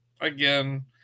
again